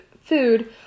food